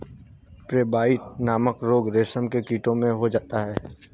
pebrine नामक रोग रेशम के कीड़ों में हो जाता है